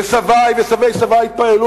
וסבי וסבי-סבי התפללו